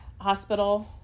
Hospital